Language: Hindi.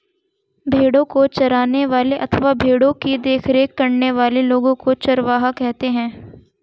भेड़ों को चराने वाले अथवा भेड़ों की देखरेख करने वाले लोगों को चरवाहा कहते हैं